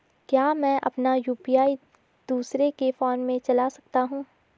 क्या मैं अपना यु.पी.आई दूसरे के फोन से चला सकता हूँ?